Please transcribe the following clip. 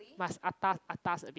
must atas atas a bit